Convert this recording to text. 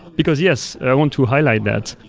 because, yes, i want to highlight that.